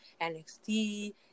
NXT